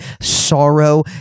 sorrow